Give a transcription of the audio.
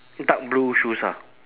dark blue shoes ah